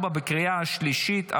2024, בקריאה השלישית.